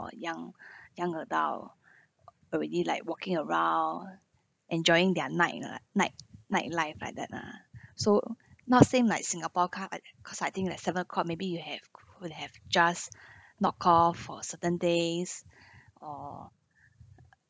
or young young adult already like walking around enjoying their night ah night night life like that lah so now same like singapore ca~ cause I think that seven o'clock maybe you have would have just knock off for certain days or